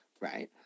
right